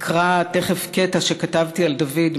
אקרא תכף קטע שכתבתי על דוד,